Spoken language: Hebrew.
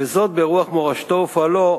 וזאת ברוח מורשתו ופועלו,